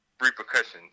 repercussions